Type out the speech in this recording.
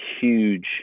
huge